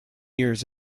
years